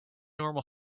normal